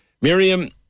Miriam